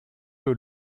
que